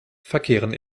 verkehren